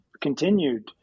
continued